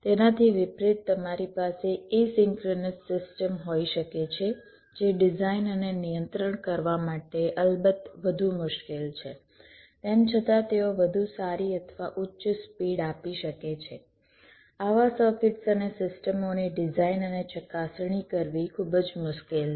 તેનાથી વિપરીત તમારી પાસે એસિંક્રનસ સિસ્ટમ હોઈ શકે છે જે ડિઝાઇન અને નિયંત્રણ કરવા માટે અલબત્ત વધુ મુશ્કેલ છે તેમ છતાં તેઓ વધુ સારી અથવા ઉચ્ચ સ્પીડ આપી શકે છે આવા સર્કિટ્સ અને સિસ્ટમોની ડિઝાઇન અને ચકાસણી કરવી ખૂબ જ મુશ્કેલ છે